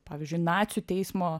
pavyzdžiui nacių teismo